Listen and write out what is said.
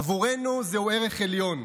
עבורנו זהו ערך עליון.